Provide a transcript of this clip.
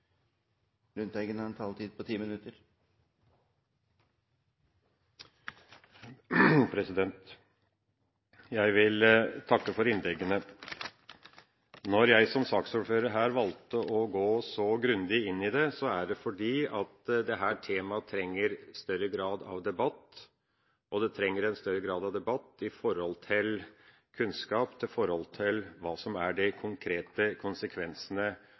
Jeg vil takke for innleggene. Når jeg som saksordfører valgte å gå så grundig inn i dette, er det fordi dette temaet trenger større grad av debatt. Det trenger en større grad av debatt i forhold til kunnskap, i forhold til hva som er de konkrete konsekvensene